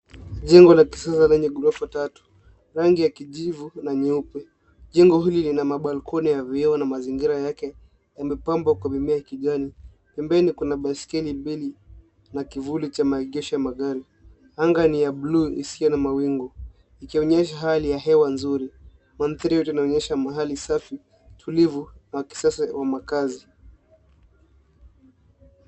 Jengo la kisasa lenye ghorofa tatu, rangi ya kijivu na nyeupe. Jengo hili lina mabalkoni ya vioo na mazingira yake, yamepambwa kwa mimea ya kijani, na mbele kuna baiskeli mbili, na kivuli cha maegesho ya magari. Anga ni ya buluu isiyo na mawingu, ikionyesha hali ya hewa nzuri. Mandhari yote inaonyesha mahali safi, tulivu wa kisasa wa makaazi.